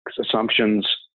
assumptions